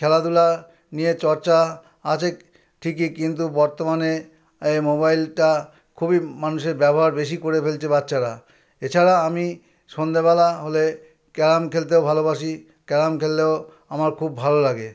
খেলাধুলা নিয়ে চর্চা আছে ঠিকই কিন্তু বর্তমানে এই মোবাইলটা খুবই মানুষের ব্যবহার বেশি করে ফেলছে বাচ্চারা এছাড়া আমি সন্ধ্যেবেলা হলে ক্যারম খেলতেও ভালোবাসি ক্যারম খেললেও আমার খুব ভাল লাগে